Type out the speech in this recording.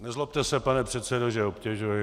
Nezlobte se, pane předsedo, že obtěžuji.